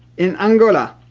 in angola,